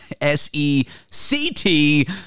s-e-c-t